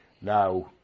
now